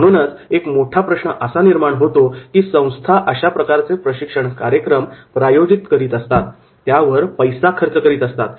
म्हणूनच एक मोठा प्रश्न असा निर्माण होतो की संस्था अशा प्रकारचे प्रशिक्षण कार्यक्रम प्रायोजित करीत असतात त्यावर पैसा खर्च करीत असतात